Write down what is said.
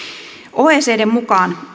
oecdn mukaan